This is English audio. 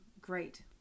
great